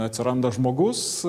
atsiranda žmogus